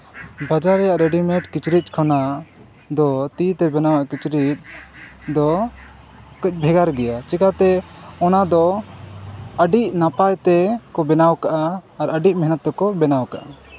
ᱵᱟᱡᱟᱨ ᱨᱮᱭᱟᱜ ᱨᱮᱰᱤᱢᱮᱰ ᱠᱤᱪᱨᱤᱡᱽ ᱠᱷᱚᱱᱟᱜ ᱫᱚ ᱛᱤ ᱛᱮ ᱵᱮᱱᱟᱣᱟᱜ ᱠᱤᱪᱨᱤᱡᱽ ᱫᱚ ᱠᱟᱹᱡ ᱵᱷᱮᱜᱟᱨ ᱜᱮᱭᱟ ᱪᱤᱠᱟᱹᱛᱮ ᱚᱱᱟᱫᱚ ᱟᱹᱰᱤ ᱱᱟᱯᱟᱭ ᱛᱮ ᱠᱚ ᱵᱮᱱᱟᱣ ᱠᱟᱜᱼᱟ ᱟᱨ ᱟᱹᱰᱤ ᱢᱮᱦᱱᱚᱛ ᱛᱮᱠᱚ ᱵᱮᱱᱟᱣ ᱠᱟᱜᱼᱟ